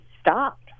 stopped